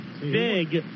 big